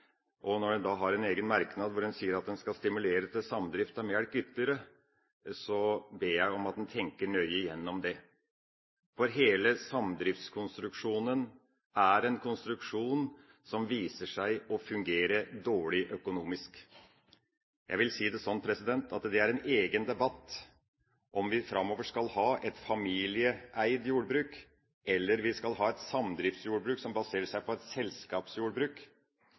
realisme når en har en egen merknad hvor en sier at en skal stimulere til ytterligere samdrift av mjølkeproduksjon, ber jeg om at en tenker nøye igjennom det, for hele samdriftskonstruksjonen er en konstruksjon som viser seg å fungere dårlig økonomisk. Jeg vil si det sånn at det er en egen debatt om vi framover skal ha familieeid jordbruk, eller om vi skal ha samdriftsjordbruk som baserer seg på selskapsjordbruk.